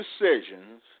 decisions